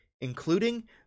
including